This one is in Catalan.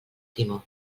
timó